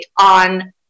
on